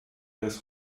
des